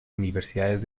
universidades